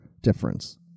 difference